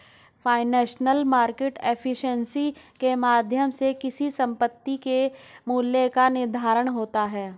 financial market efficiency के माध्यम से किसी संपत्ति के मूल्य का निर्धारण होता है